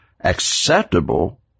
acceptable